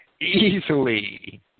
easily